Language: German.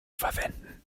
verwenden